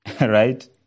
Right